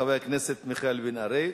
חבר הכנסת מיכאל בן-ארי,